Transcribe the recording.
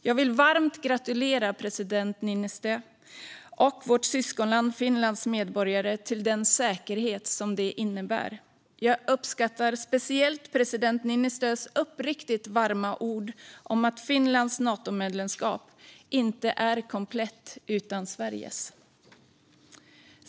Jag vill varmt gratulera president Niinistö och vårt syskonland Finlands medborgare till den säkerhet det innebär. Jag uppskattade speciellt president Niinistös uppriktigt varma ord om att Finlands Natomedlemskap inte är komplett utan Sveriges.